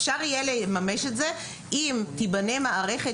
אפשר יהיה לממש את זה אם תיבנה מערכת